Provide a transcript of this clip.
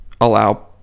allow